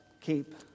keep